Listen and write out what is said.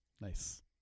Nice